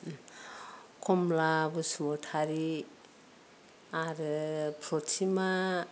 खमला बसुमातारि आरो प्रतिमा